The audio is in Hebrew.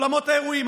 אולמות האירועים,